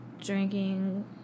drinking